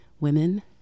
women